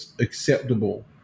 acceptable